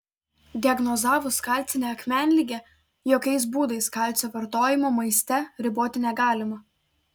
diagnozavus kalcinę akmenligę jokiais būdais kalcio vartojimo maiste riboti negalima